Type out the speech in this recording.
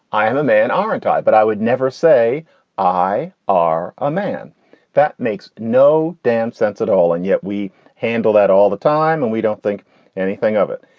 i am a man, aren't i? but i would never say i are a man that makes no damn sense at all. and yet we handle that all the time and we don't think anything of it.